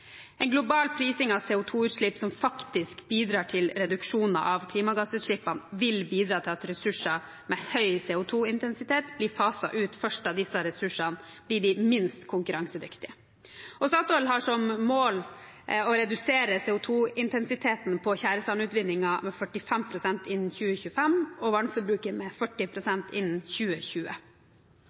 En global prising av CO2-utslipp som faktisk bidrar til reduksjon av klimagassutslippene, vil bidra til at ressurser med høy CO2-intensitet blir faset ut først, da disse ressursene blir de minst konkurransedyktige. Statoil har som mål å redusere CO2-intensiteten på tjæresandutvinningen med 45 pst. innen 2025 og vannforbruket med 40 pst. innen 2020.